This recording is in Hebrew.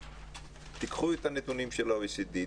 תיקחו את הנתונים של ה-OECD,